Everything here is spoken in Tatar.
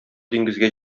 диңгезгә